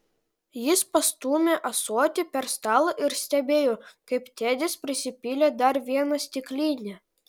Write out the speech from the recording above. jis pastūmė ąsotį per stalą ir stebėjo kaip tedis prisipylė dar vieną stiklinę